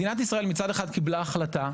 מדינת ישראל קיבלה החלטה,